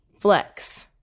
flex